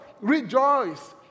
rejoice